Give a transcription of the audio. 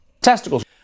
Testicles